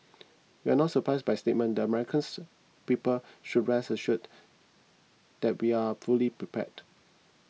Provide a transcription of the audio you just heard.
we are not surprised by statement and the Americans people should rest assured that we are fully prepared